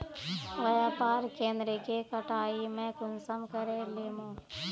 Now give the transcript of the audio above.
व्यापार केन्द्र के कटाई में कुंसम करे लेमु?